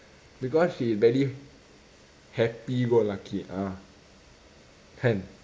because she very happy go lucky ah can